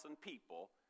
people